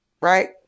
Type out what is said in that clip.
right